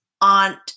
Aunt